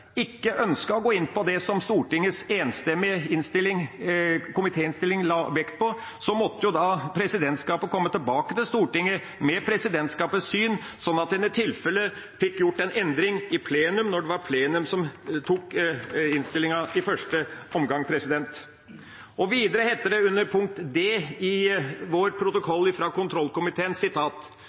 ikke ønsket å gå inn på det som Stortingets enstemmige komitéinnstilling la vekt på, måtte presidentskapet komme tilbake til Stortinget med presidentskapets syn, sånn at en i tilfelle fikk gjort en endring i plenum når det var plenum som tok innstillinga i første omgang. Videre heter det under D i vår protokoll